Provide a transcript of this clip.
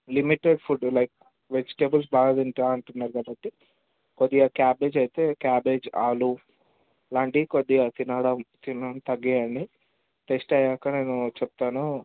limited food like vegetables బాగా తింటాను అంటున్నారు కాబట్టి కొద్దిగా క్యాబేజీ అయితే క్యాబేజ్ ఆలు ఇలాంటివి కొద్దిగా తినడం తినడం తగ్గియండి టెస్ట్ అయ్యాక నేను చెప్తాను